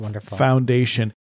Foundation